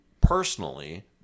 personally